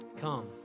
Come